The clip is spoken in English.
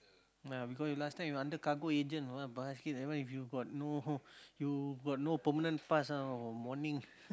ya because you last time you under cargo agent basket that one if you got no you got no permanent pass ah morning